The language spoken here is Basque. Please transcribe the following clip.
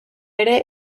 ere